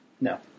No